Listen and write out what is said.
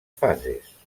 fases